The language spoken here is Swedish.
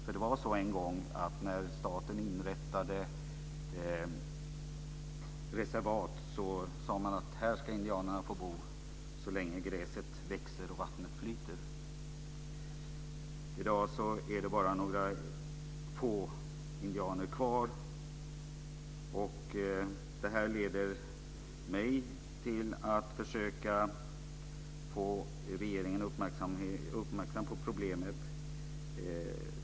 För det var så en gång, att när staten inrättade reservat sade man att indianerna skulle få bo där så länge gräset växer och vattnet flyter. I dag är det bara några få indianer kvar. Det här leder mig till att försöka få regeringen uppmärksam på problemet.